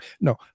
No